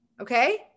Okay